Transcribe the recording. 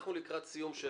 אנחנו לקראת סיום של